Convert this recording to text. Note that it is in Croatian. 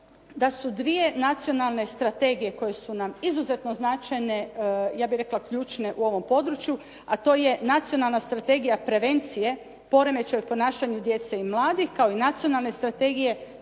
da su dvije nacionalne strategije koje su nam izuzetno značajne, ja bih rekla ključne u ovom području, a to je Nacionalna strategija prevencije poremećaj u ponašanju djece i mladih, kao i Nacionalne strategije zaštite